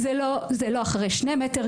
גם לא אחרי שני מטרים.